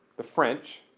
the french,